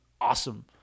awesome